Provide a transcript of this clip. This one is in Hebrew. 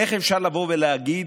איך אפשר לבוא ולהגיד: